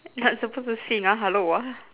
not supposed to sing ah hello ah